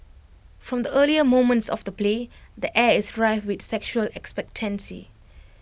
from the earliest moments of the play the air is rife with sexual expectancy